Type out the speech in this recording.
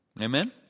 Amen